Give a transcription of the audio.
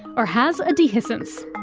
or has a dehiscence.